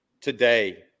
today